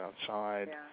outside